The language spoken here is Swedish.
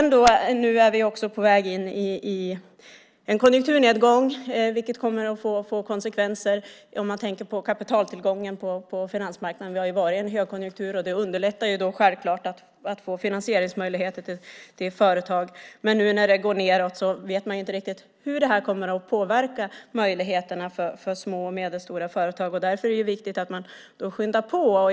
Nu är vi på väg in i en konjunkturnedgång, vilket kommer att få konsekvenser för kapitaltillgången på finansmarknaden. Det har ju varit en högkonjunktur, och det har självklart underlättat finansieringsmöjligheterna för företag. Men nu när konjunkturen går nedåt vet vi inte riktigt hur det kommer att påverka möjligheterna för små och medelstora företag. Därför är det viktigt att skynda på.